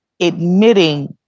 admitting